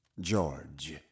George